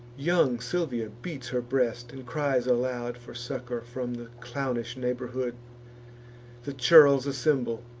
young silvia beats her breast, and cries aloud for succor from the clownish neighborhood the churls assemble